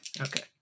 Okay